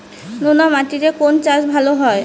নোনা মাটিতে কোন চাষ ভালো হয়?